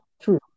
true